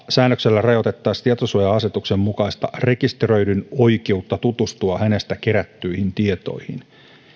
säännöksellä rajoitettaisiin tietosuoja asetuksen mukaista rekisteröidyn oikeutta tutustua hänestä kerättyihin tietoihin